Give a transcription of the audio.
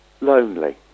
lonely